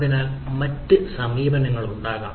അതിനാൽ മറ്റ് സമീപനങ്ങളുണ്ടാകാം